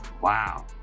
wow